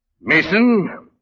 Mason